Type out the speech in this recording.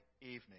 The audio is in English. evening